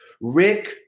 Rick